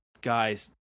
guys